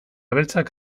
beltzak